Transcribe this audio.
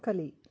ಕಲಿ